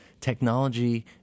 technology